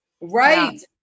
right